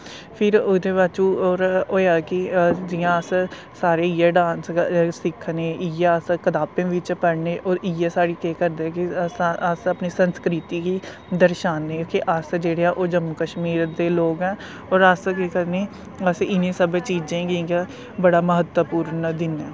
फिर ओह्दे बाद च होर होआ कि जियां अस सारे इयै डांस गै सिक्खने इयै अस कताबें बिच्च पढ़ने और इयै साढ़ी केह् करदे कि आस अपनी संस्कृती गी दर्शानें कि अस जेह्ड़े ऐ ओ जम्मू कश्मीर दे लोग ऐं और अस केह् करने अस इनें सब चीजें गी गै बड़ा महत्व दिन्ने आं